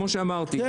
כמו שאמרת,